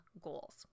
goals